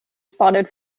spotted